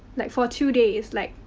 like for two days. like,